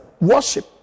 worship